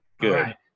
Good